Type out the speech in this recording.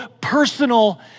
personal